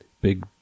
big